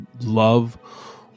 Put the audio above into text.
love